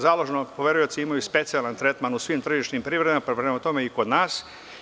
Založni poverioci imaju specijalan tretman u svim tržišnim privredama, pa prema tome i kod nas.